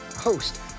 host